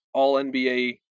all-NBA